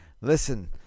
Listen